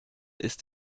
ist